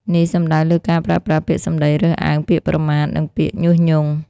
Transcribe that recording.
នេះសំដៅលើការប្រើប្រាស់ពាក្យសំដីរើសអើង ពាក្យប្រមាថ និងពាក្យញុះញង់។